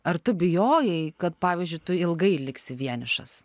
ar tu bijojai kad pavyzdžiui tu ilgai liksi vienišas